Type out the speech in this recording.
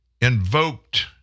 invoked